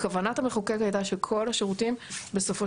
כוונת המחוקק הייתה שכל השירותים בסופו